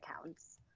accounts